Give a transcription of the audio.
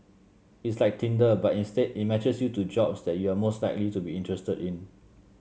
it's like Tinder but instead it matches you to jobs that you are most likely to be interested in